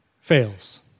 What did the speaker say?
fails